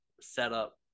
setup